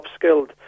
upskilled